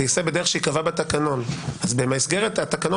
תיעשה בדרך שייקבע בתקנון אז במסגרת התקנון